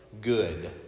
good